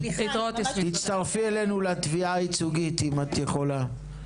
תצטרפי אלינו לתביעה הייצוגית אם את יכולה.